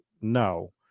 No